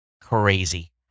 crazy